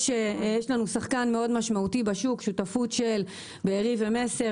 יש לנו שחקן מאוד משמעותי בשוק שותפות של "בארי" ו"מסר",